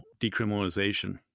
decriminalization